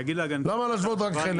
למה להשוות רק חלק?